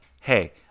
hey